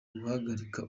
guharabika